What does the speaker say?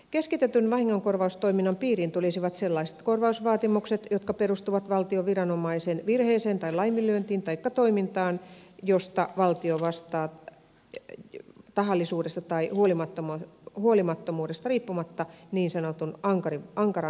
keskitetyn vahingonkorvaustoiminnan piiriin tulisivat sellaiset korvausvaatimukset jotka perustuvat valtion viranomaisen virheeseen tai laiminlyöntiin taikka toimintaan josta valtio vastaa tahallisuudesta tai huolimattomuudesta riippumatta niin sanotun ankaran vastuun perusteella